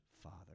father